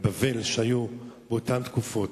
אדוני היושב-ראש.